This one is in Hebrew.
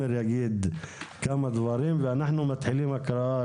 יגיד כמה דברים ואנחנו מתחילים בהקראה,